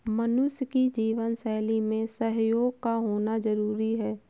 मनुष्य की जीवन शैली में सहयोग का होना जरुरी है